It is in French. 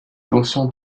fonctions